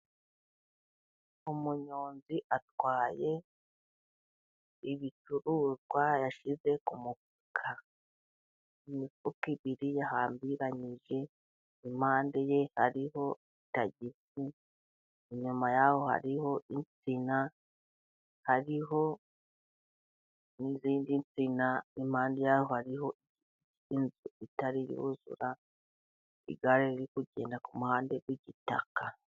Umunyonzi atwaye ibicuruza yashyize ku mufuka, imifuka ibiri yahambiranyije impande ye hariho itagisi, inyuma yaho hariho insina hariho n'izindi nsina impande yaho hariho inzu itari yuzura, igare riri kugenda ku muhanda w'igitaka.